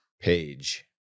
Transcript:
Page